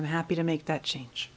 i'm happy to make that change